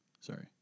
sorry